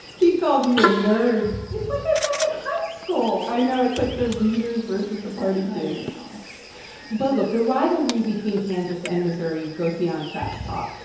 he called you a nerd it's like i'm back in high school i know. it's like the readers versus the party kids i know but, look the rivalry between kansas and missouri goes beyond trash talk.